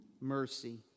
mercy